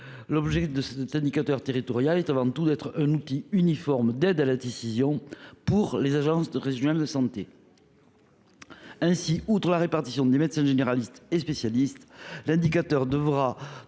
L’objectif de cet indicateur territorial est avant tout d’être un outil uniforme d’aide à la décision pour les ARS. Ainsi, outre la répartition des médecins généralistes et spécialistes, l’indicateur devrait